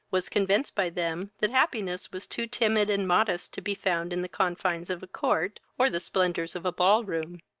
was convinced by them that happiness was too timid and modest to be found in the confines of a court, or the splendors of a ball-room.